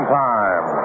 time